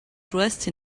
dressed